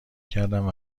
کردند